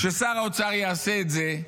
כששר האוצר יעשה את זה,